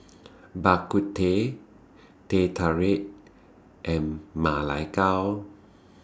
Bak Kut Teh Teh Tarik and Ma Lai Gao